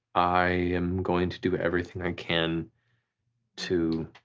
i am going to do everything i and can to.